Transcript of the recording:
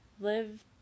live